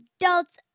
adults